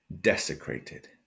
desecrated